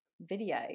video